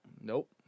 Nope